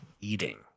Eating